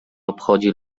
obchodzi